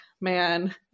man